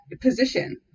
position